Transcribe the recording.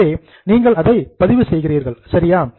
எனவே நீங்கள் அதை பதிவு செய்கிறீர்கள் சரியா